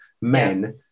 men